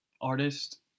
artist